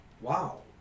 wow